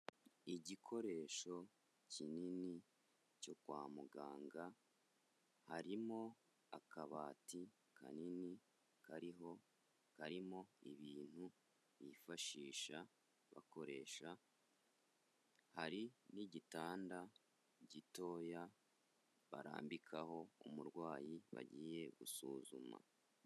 Igikoresho kinini cyo kwa muganga harimo akabati kanini kariho, karimo ibintu bifashisha bakoresha hari n'igitanda gitoya barambikaho umurwayi bagiye gusuzuma.